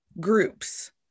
groups